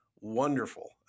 wonderful